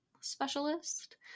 specialist